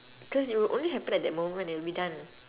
cause you only happen at that moment and we done